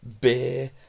beer